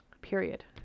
Period